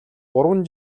гурван